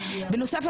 בנוסף,